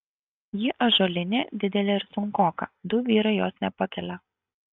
ji ąžuolinė didelė ir sunkoka du vyrai jos nepakelia